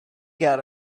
got